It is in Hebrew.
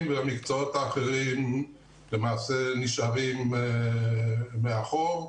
והמקצועות האחרים למעשה נשארים לאחור,